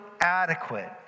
adequate